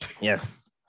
Yes